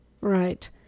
Right